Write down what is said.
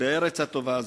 בארץ הטובה הזאת.